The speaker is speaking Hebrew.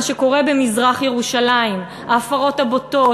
שקורה במזרח-ירושלים: ההפרות הבוטות,